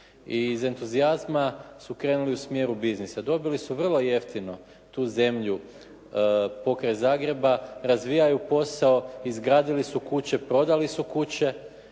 i iz entuzijazma su krenuli u smjeru biznisa. Dobili su vrlo jeftino tu zemlju pokraj Zagreba, razvijaju posao, izgradili su kuće, prodali su kuće.